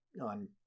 on